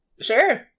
Sure